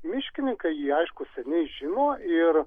miškininkai jį aišku seniai žino ir